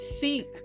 seek